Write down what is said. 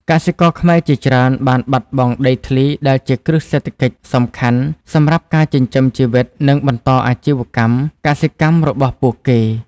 កសិករខ្មែរជាច្រើនបានបាត់បង់ដីធ្លីដែលជាគ្រឹះសេដ្ឋកិច្ចសំខាន់សម្រាប់ការចិញ្ចឹមជីវិតនិងបន្តអាជីវកម្មកសិកម្មរបស់ពួកគេ។